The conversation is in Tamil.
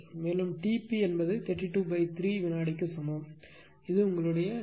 மேலும் T p 323 வினாடிக்கு சமம் இது உங்களுடைய டி